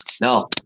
No